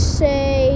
say